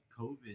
COVID